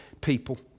people